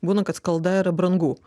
būna kad skalda yra brangu